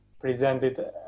presented